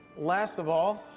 last of all,